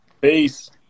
Peace